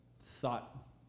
thought